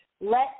Let